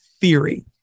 theory